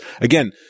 again